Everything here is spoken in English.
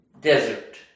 desert